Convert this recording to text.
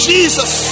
Jesus